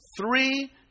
three